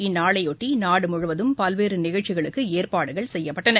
இந்நாளையொட்டிநாடுமுழுவதும் பல்வேறுநிகழ்ச்சிகளுக்குஏற்பாடுகள் செய்யப்பட்டன